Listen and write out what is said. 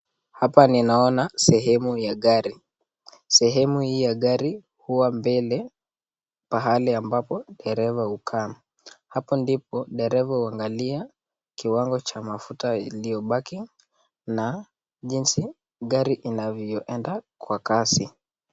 Hapa Ninaona sehemu ya gari sehemu hii ya gari huwa mbele pahali ambapo dereva hukaa hapo ndipo dereva huangalia kiwango Cha mafuta ilio baki na jinsi gari inavyo enda kwa Kasi.